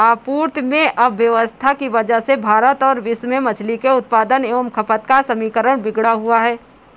आपूर्ति में अव्यवस्था की वजह से भारत और विश्व में मछली के उत्पादन एवं खपत का समीकरण बिगड़ा हुआ है